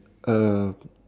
uh